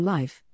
Life